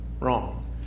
wrong